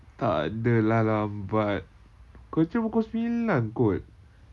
takde lah lambat kerja pukul sembilan kot